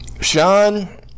Sean